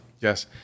Yes